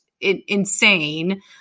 insane